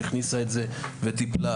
הכניסה את זה וטיפלה.